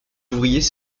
ouvriers